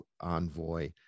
envoy